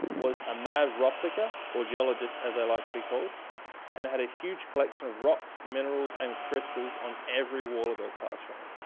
was a mad rock licker or geologist, as they like to be called and had a huge collection of rocks, minerals and crystals on every wall of her classroom.